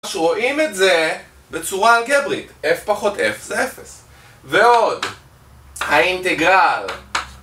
שרואים את זה בצורה אלגברית, F פחות F זה 0, ועוד האינטגרל